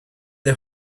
the